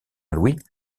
louis